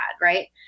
right